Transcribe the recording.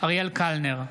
אריאל קלנר,